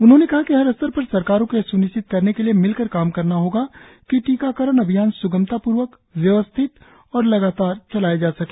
उन्होंने कहा कि हर स्तर पर सरकारों को यह स्निश्चित करने के लिए मिल कर काम करना होगा कि टीकाकरण अभियान सुगमतापूर्वक व्यवस्थित और लगातार चलाया जा सके